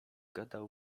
gadał